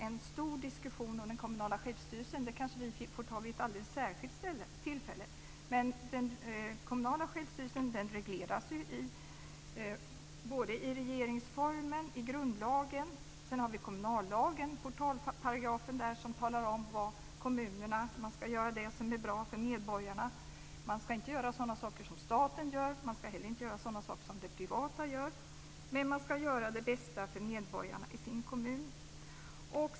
En stor diskussion om den kommunala självstyrelsen kanske vi får ta vid ett alldeles särskilt tillfälle. Men den kommunala självstyrelsen regleras ju i regeringsformen, i grundlagen. Sedan har vi portalparagrafen i kommunallagen som talar om att kommunerna ska göra det som är bra för medborgarna. Man ska inte göra sådana saker som staten gör. Man ska heller inte göra sådana saker som det privata gör. Men man ska göra det bästa för medborgarna i sin kommun.